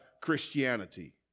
Christianity